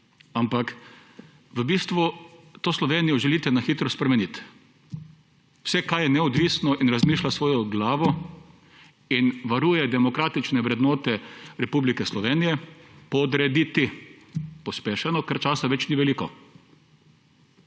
Ampak v bistvu to Slovenijo želite na hitro spremeniti. Vse, kar je neodvisno in razmišlja s svojo glavo in varuje demokratične vrednote Republike Slovenije, podrediti pospešeno, ker časa več ni veliko.